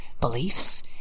beliefs